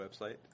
website